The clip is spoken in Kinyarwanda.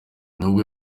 nubwo